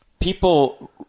people